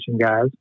guys